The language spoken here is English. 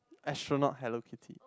I should not Hello-Kitty